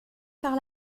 par